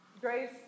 Grace